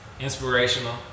inspirational